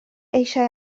eisiau